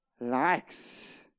likes